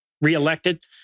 reelected